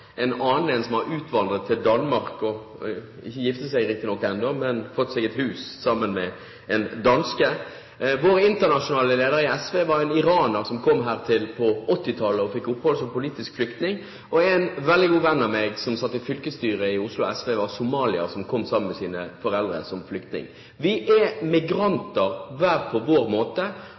en annen som har utvandret til Danmark – ikke giftet seg ennå riktignok– og fått seg et hus sammen med en danske. Vår internasjonale leder i SV var en iraner som kom hit på 1980-tallet og fikk opphold som politisk flyktning, og en veldig god venn av meg, som satt i fylkesstyret i Oslo SV, var somalier som kom sammen med sine foreldre som flyktning. Vi er migranter hver på vår måte,